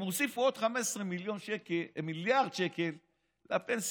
הם הוסיפו עוד 15 מיליארד שקל לפנסיונרים.